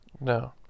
No